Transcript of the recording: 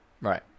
Right